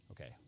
Okay